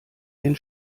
den